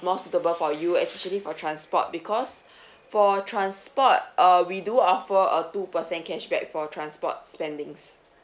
more suitable for you especially for transport because for transport uh we do offer a two percent cashback for transport spendings